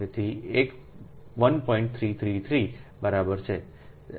333 બરાબર છે